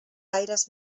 gaires